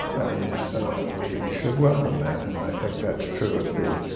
and we should welcome that. and i think that's true of the